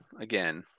again